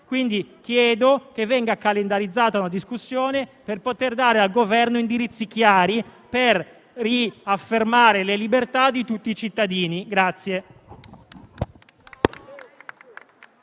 Chiedo pertanto che venga calendarizzata una discussione per poter dare al Governo indirizzi chiari per riaffermare le libertà di tutti i cittadini.